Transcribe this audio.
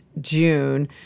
June